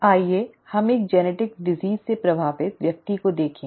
आइए हम एक आनुवांशिक बीमारी से प्रभावित व्यक्ति को देखें